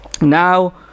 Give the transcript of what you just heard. now